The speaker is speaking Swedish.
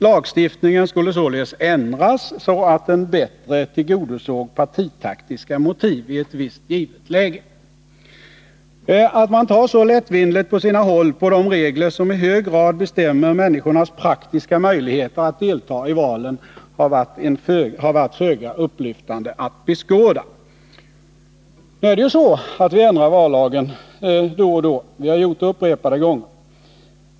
Lagstiftningen skulle således ändras så att den bättre tillgodosåg partitaktiska motiv i ett visst givet läge. Att man på sina håll tar så lättvindigt på de regler som i hög grad bestämmer människornas praktiska möjligheter att delta i valen har varit föga upplyftande att beskåda. Nu är det så att vi ändrar vallagen då och då. Vi har gjort det upprepade gånger.